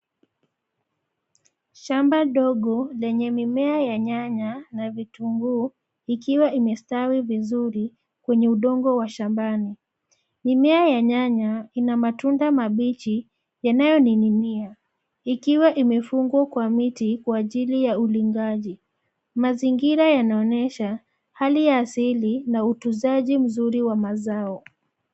Shamba dogo lenye mimea ya nyanya na vitunguu ikiwa imestawi vizuri kwenye udongo wa shambani. Mimea ya nyanya ina matunda mabichi yanayoning'inia ikiwa imefungwa kwa miti kwa ajili ya ulindaji. Mazingira yanaonyesha hali ya asili na utunzaji mzuri wa mazao.